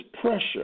pressure